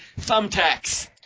Thumbtacks